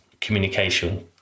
communication